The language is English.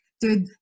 dude